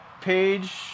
page